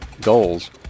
goals